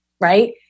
right